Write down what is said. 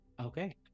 Okay